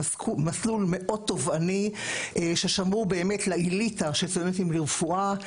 מסלול מאוד תובעני ששמור באמת לעלית של סטודנטים לרפואה,